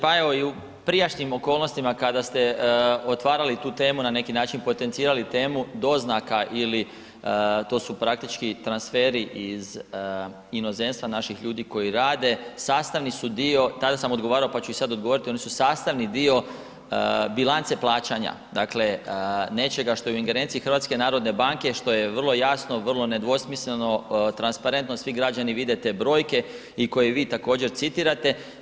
Pa evo i u prijašnjim okolnostima kada ste otvarali tu temu na neki način, potencirali temu doznaka ili to su praktički transferi iz inozemstva naših ljudi koji rade, sastavni su dio, tada sam odgovarao pa ću i sada odgovoriti, oni su sastavni dio bilance plaćanja, dakle nečega što je u ingerenciji HNB-a, što je vrlo jasno, vrlo nedvosmisleno, transparentno, svi građani vide te brojke i koje vi također, citirate.